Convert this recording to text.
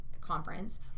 conference